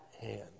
hand